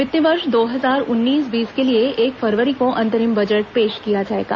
वित्त वर्ष दो हजार उन्नीस बीस के लिए एक फरवरी को अंतरिम बजट पेश किया जाएगा